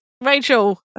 Rachel